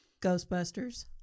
Ghostbusters